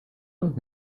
und